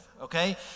okay